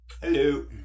Hello